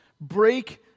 Break